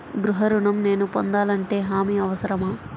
గృహ ఋణం నేను పొందాలంటే హామీ అవసరమా?